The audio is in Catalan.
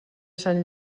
sant